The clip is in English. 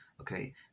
Okay